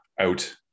out